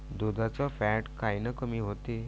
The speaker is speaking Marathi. दुधाचं फॅट कायनं कमी होते?